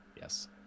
Yes